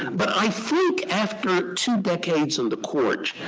but i think, after two decades on the court,